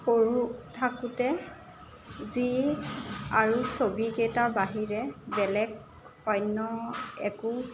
সৰু থাকোঁতে যি আৰু ছবিকেইটা বাহিৰে বেলেগ অন্য একো